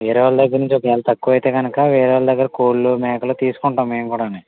వేరే వాళ్ళ దగ్గరనుంచి ఒక వేళ్ళ తక్కువైతే కనుక వేరే వాళ్ళ దగ్గర కోళ్ళు మేకలు తీసుకుంటాం మేము కూడాను